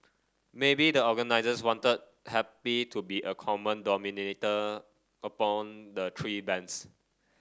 maybe the organisers wanted happy to be a common denominator the three bands